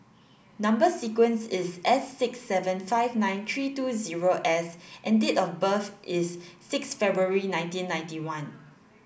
number sequence is S six seven five nine three two zero S and date of birth is six February nineteen ninety one